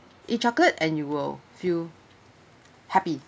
eat chocolate and you will feel happy